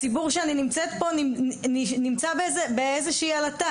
הציבור שאני נמצאת בו נמצא באיזה שהיא עלטה.